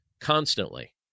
constantly